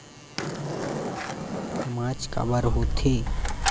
सामाज काबर हो थे?